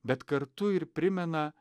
bet kartu ir primena